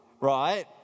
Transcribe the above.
right